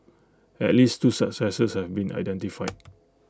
at least two successors have been identified